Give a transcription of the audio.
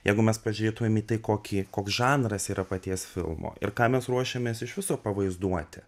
jeigu mes pažiūrėtumėm į tai kokį koks žanras yra paties filmo ir ką mes ruošiamės iš viso pavaizduoti